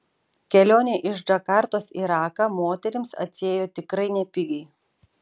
kelionė iš džakartos į raką moterims atsiėjo tikrai nepigiai